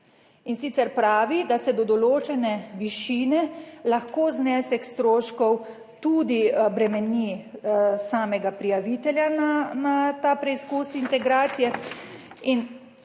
in sicer pravi, da se do določene višine lahko znesek stroškov tudi bremeni samega prijavitelja na ta preizkus integracije in,